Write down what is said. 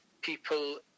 people